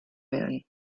when